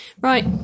Right